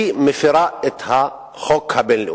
מפירה את החוק הבין-לאומי.